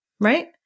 right